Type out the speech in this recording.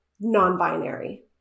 non-binary